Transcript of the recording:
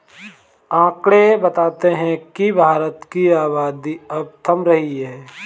आकंड़े बताते हैं की भारत की आबादी अब थम रही है